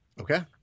Okay